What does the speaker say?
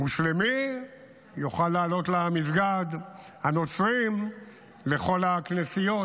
מוסלמי יוכל לעלות למסגד, הנוצרים לכל הכנסיות,